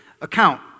account